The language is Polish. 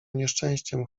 nieszczęściem